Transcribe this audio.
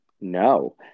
No